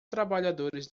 trabalhadores